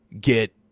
get